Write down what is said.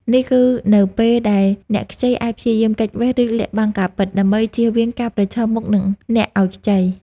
នេះគឺនៅពេលដែលអ្នកខ្ចីអាចព្យាយាមគេចមុខ ឬលាក់បាំងការពិត ដើម្បីជៀសវាងការប្រឈមមុខនឹងអ្នកឲ្យខ្ចី។